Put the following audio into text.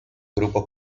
grupos